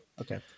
Okay